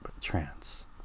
trance